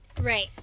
Right